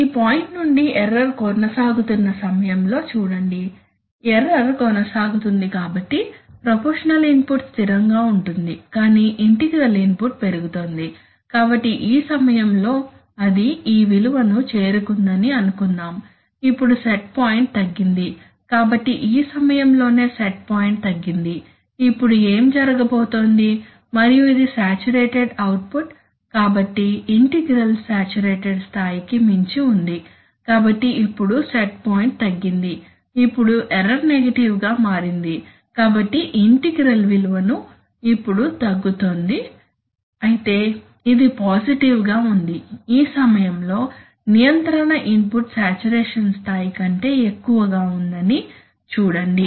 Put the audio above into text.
ఈ పాయింట్ నుండి ఎర్రర్ కొనసాగుతున్న సమయంలో చూడండి ఎర్రర్ కొనసాగుతుంది కాబట్టి ప్రపోర్షషనల్ ఇన్పుట్ స్థిరంగా ఉంటుంది కాని ఇంటిగ్రల్ ఇన్పుట్ పెరుగుతోంది కాబట్టి ఈ సమయంలో అది ఈ విలువను చేరుకుందని అనుకుందాం ఇప్పుడు సెట్ పాయింట్ తగ్గింది కాబట్టి ఈ సమయంలోనే సెట్ పాయింట్ తగ్గింది ఇప్పుడు ఏమి జరగబోతోంది మరియు ఇది సాచురేటెడ్ అవుట్పుట్ కాబట్టి ఇంటిగ్రల్ సాచురేటెడ్ స్థాయికి మించి ఉంది కాబట్టి ఇప్పుడు సెట్ పాయింట్ తగ్గింది ఇప్పుడు ఎర్రర్ నెగటివ్ గా మారింది కాబట్టి ఇంటిగ్రల్ విలువ ఇప్పుడు తగ్గుతోంది అయితే ఇది పాజిటివ్ గా ఉంది ఈ సమయంలో నియంత్రణ ఇన్పుట్ సాచురేషన్ స్థాయి కంటే ఎక్కువగా ఉందని చూడండి